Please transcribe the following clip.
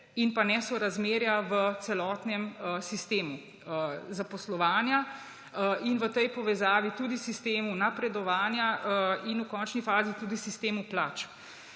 in nesorazmerja v celotnem sistemu zaposlovanja in v tej povezavi tudi sistemu napredovanja ter v končni fazi tudi sistemu plač.